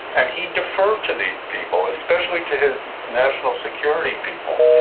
and he deferred to these people, especially to his national security people.